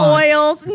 oils